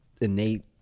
innate